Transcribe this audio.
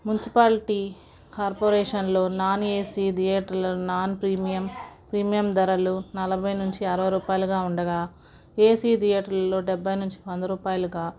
municipality కార్పొరేషన్లో non AC థియేటర్లో non premium premium ధరలు నలభై నుంచి అరవై రూపాయలుగా ఉండగా ఏసీ థియేటర్లో డెబ్బై నుంచి వంద రూపాయలుగా